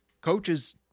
coaches